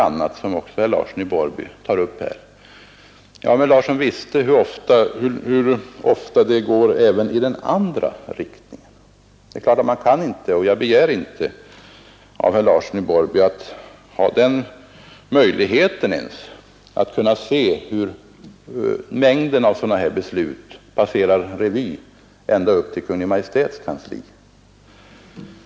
Ja, om herr Larsson visste hur ofta det går även i den andra riktningen. Man kan naturligtvis inte begära — och jag gör det inte heller — att herr Larsson skall veta vilken mängd av sådana beslut som passerar revy ända upp till Kungl. Maj:ts kansli.